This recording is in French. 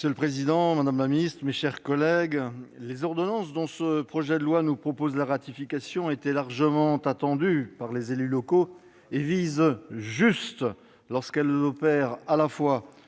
Monsieur le président, madame la ministre, mes chers collègues, les ordonnances dont ce projet de loi nous propose la ratification étaient largement attendues par les élus locaux. Elles visent juste lorsqu'elles opèrent, à la fois,